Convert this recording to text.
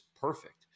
perfect